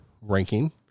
ranking